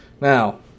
Now